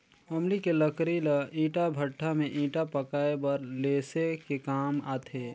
अमली के लकरी ल ईटा भट्ठा में ईटा पकाये बर लेसे के काम आथे